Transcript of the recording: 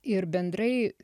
ir bendrai